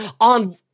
on